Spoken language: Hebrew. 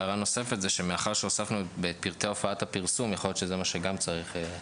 הערה נוספת: מאחר שהוספנו את פרטי הופעת הפרסום יכול להיות שגם צריך.